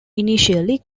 initially